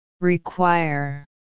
Require